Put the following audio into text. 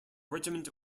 regiment